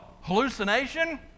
hallucination